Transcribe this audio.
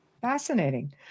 Fascinating